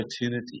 opportunity